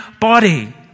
body